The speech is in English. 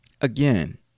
again